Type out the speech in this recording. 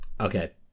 Okay